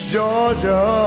Georgia